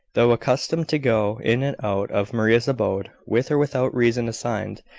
though accustomed to go in and out of maria's abode, with or without reason assigned,